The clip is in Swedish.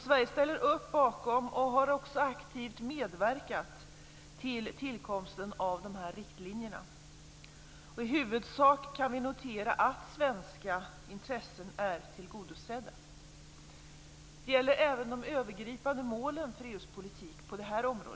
Sverige ställer upp bakom och har också aktivt medverkat till tillkomsten av dessa riktlinjer. I huvudsak kan vi notera att svenska intressen är tillgodosedda. Det gäller även de övergripande målen för EU:s politik på det här området.